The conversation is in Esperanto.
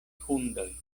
hundoj